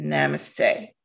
Namaste